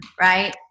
right